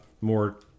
more